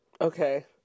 Okay